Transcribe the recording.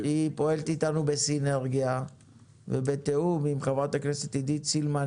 פועלת איתנו בסינרגיה ובתיאום עם ח"כ עידית סילמן,